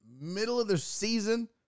middle-of-the-season